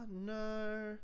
No